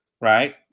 right